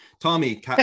Tommy